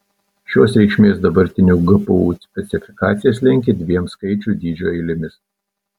šios reikšmės dabartinių gpu specifikacijas lenkia dviem skaičių dydžio eilėmis